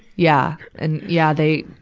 yeah. and, yeah, they,